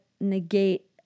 negate